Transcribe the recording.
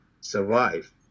survive